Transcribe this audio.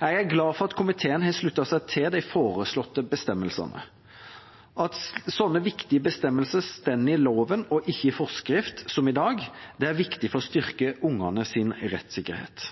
Jeg er glad for at komiteen har sluttet seg til de foreslåtte bestemmelsene. At slike viktige bestemmelser står i loven, og ikke i forskrift, som i dag, er viktig for å styrke ungenes rettssikkerhet.